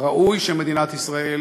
ראוי שמדינת ישראל